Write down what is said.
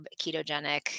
ketogenic